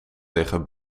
liggen